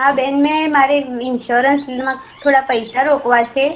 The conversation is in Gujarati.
હા બેન મેં મારી ઇન્સ્યોરન્સમાં થોડા પૈસા રોકવા છે